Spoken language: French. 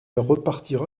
repartira